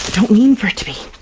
don't mean for to be.